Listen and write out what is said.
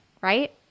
right